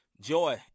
Joy